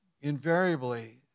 Invariably